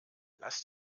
lass